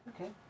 Okay